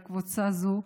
לקבוצה הזאת,